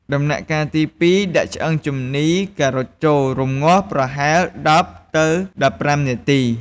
ដំណាក់់កាលទី២ដាក់ឆ្អឹងជំនី ការ៉ុតចូល រម្ងាស់ប្រហែល ១០ ទៅ១៥នាទី។